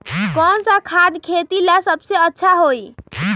कौन सा खाद खेती ला सबसे अच्छा होई?